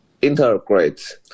integrate